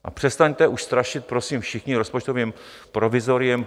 A přestaňte už strašit, prosím, všichni rozpočtovým provizoriem.